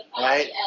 right